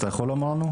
אתה יכול לומר לנו?